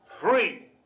free